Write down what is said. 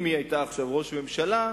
אם היא היתה עכשיו ראש ממשלה,